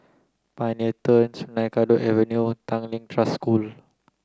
Pioneer Turn Sungei Kadut Avenue Tanglin Trust School